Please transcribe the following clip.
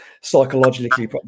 Psychologically